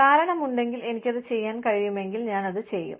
കാരണം ഉണ്ടെങ്കിൽ എനിക്ക് അത് ചെയ്യാൻ കഴിയുമെങ്കിൽ ഞാൻ അത് ചെയ്യും